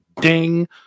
ding